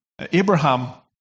Abraham